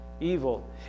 evil